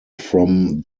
from